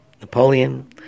Napoleon